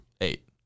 Eight